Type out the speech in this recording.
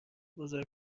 بزرگی